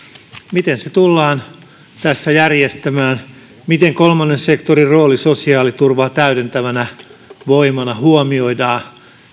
miten se tullaan tässä järjestämään miten kolmannen sektorin rooli sosiaaliturvaa täydentävänä voimana huomioidaan